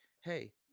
hey